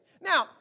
Now